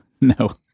no